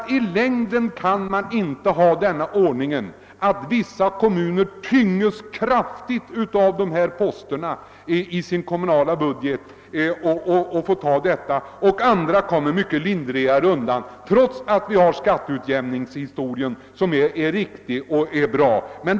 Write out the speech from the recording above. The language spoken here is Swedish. I längden kan man inte ha en sådan ordning att vissa kommuner tynges mycket kraftigt av dessa sociala poster i sin budget, medan andra kommuner kommer lindrigare undan, detta trots skatteutjämningen som är en riktig och bra sak.